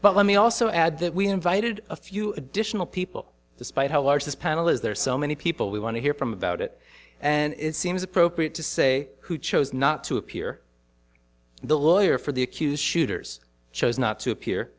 but let me also add that we invited a few additional people despite how large this panel is there are so many people we want to hear from about it and it seems appropriate to say who chose not to appear the lawyer for the accused shooters chose not to appear